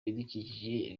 bidukikije